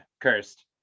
cursed